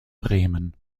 bremen